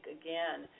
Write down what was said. again